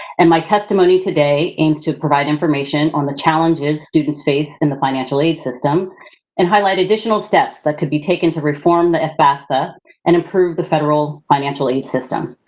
and my testimony today aims to provide information on the challenges students face in the financial aid system and highlight additional steps that could be taken to reform the fafsa and improve the federal financial aid system.